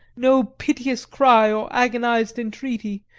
no piteous cry or agonised entreaty,